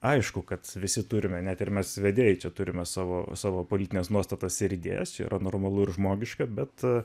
aišku kad visi turime net ir mes vedėjai čia turime savo savo politines nuostatas ir idėjas yra normalu ir žmogiška bet